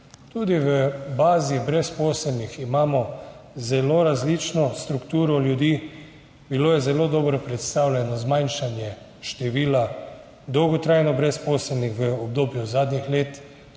Tudi v bazi brezposelnih imamo zelo različno strukturo ljudi. Bilo je zelo dobro predstavljeno zmanjšanje števila dolgotrajno brezposelnih v obdobju zadnjih let.